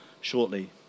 shortly